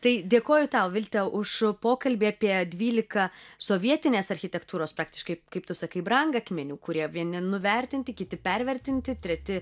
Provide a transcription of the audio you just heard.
tai dėkoju tau vilte už pokalbį apie dvylika sovietinės architektūros praktiškai kaip tu sakai brangakmenių kurie vieni nuvertinti kiti pervertinti treti